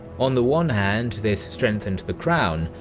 on the one hand this strengthened the crown,